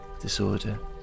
disorder